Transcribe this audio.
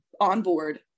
onboard